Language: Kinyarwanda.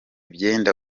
byenda